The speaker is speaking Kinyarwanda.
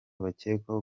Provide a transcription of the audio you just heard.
bakekwaho